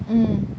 mm